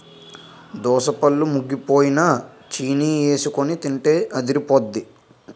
దోసపళ్ళు ముగ్గిపోయినై చీనీఎసికొని తింటే అదిరిపొద్దే